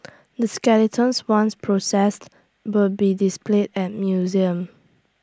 the skeletons once processed will be displayed at museum